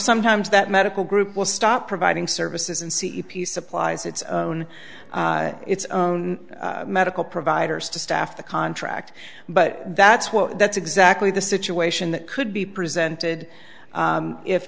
sometimes that medical group will stop providing services and c e p t supplies its own its own medical providers to staff the contract but that's what that's exactly the situation that could be presented